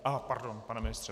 Aha, pardon, pane ministře.